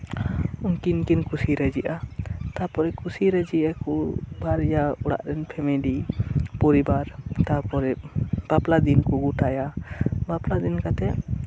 ᱩᱱᱠᱤᱱ ᱠᱤᱱ ᱠᱩᱥᱤ ᱨᱟᱹᱡᱤᱜᱼᱟ ᱛᱟᱨᱯᱚᱨᱮ ᱠᱩᱥᱤ ᱨᱟᱹᱡᱤᱜ ᱟᱠᱚ ᱵᱟᱨᱭᱟ ᱚᱲᱟᱜ ᱨᱮᱱ ᱯᱷᱮᱢᱮᱞᱤ ᱯᱚᱨᱤᱵᱟᱨ ᱛᱟᱨᱯᱚᱨᱮ ᱵᱟᱯᱞᱟ ᱫᱤᱱᱠᱚ ᱜᱚᱴᱟᱭᱟ ᱵᱟᱯᱞᱟ ᱫᱤᱱ ᱠᱟᱛᱮᱫ